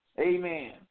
Amen